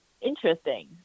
interesting